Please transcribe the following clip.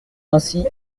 ainsi